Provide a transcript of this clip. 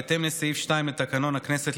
בהתאם לסעיף 2 לתקנון הכנסת,